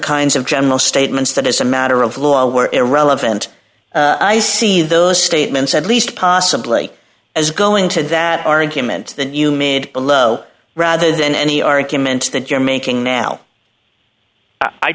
kinds of general statements that as a matter of law were irrelevant i see those statements at least possibly as going to that argument that you made a low rather than any argument that you're making now i